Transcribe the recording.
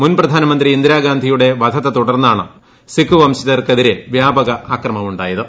മുൻ പ്രധാനമന്ത്രി ഇന്ദിരാഗാന്ധിയുടെ വധത്തെ തുടർന്നാണ് സിഖ് വംശജർക്കെതിരെ വ്യാപക അക്രമമുണ്ടായത്